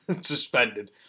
suspended